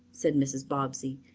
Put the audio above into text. said mrs. bobbsey,